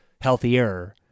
healthier